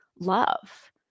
love